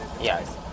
Yes